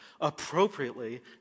appropriately